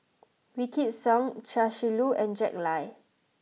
Wykidd Song Chia Shi Lu and Jack Lai